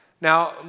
Now